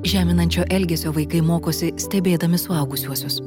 žeminančio elgesio vaikai mokosi stebėdami suaugusiuosius